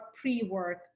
pre-work